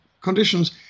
conditions